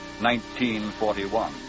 1941